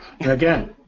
Again